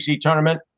tournament